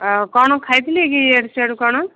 କ'ଣ ଖାଇଥିଲେ କି ଇୟାଡ଼ୁ ସିୟାଡ଼ୁ କ'ଣ